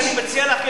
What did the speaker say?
לכן אני מציע לך,